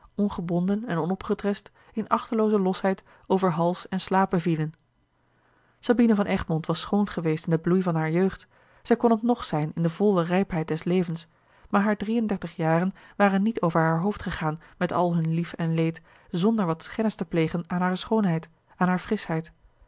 ongebonden en onopgetrest in achtelooze losheid over hals en slapen vielen sabina van egmond was schoon geweest in den bloei harer jeugd zij kon het nog zijn in de volle rijpheid des levens maar hare drieëndertig jaren waren niet over haar hoofd gegaan met al hun lief en leed zonder wat schennis te plegen aan hare schoonheid aan hare frischheid